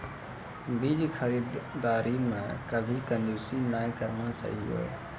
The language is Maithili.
बीज खरीददारी मॅ कभी कंजूसी नाय करना चाहियो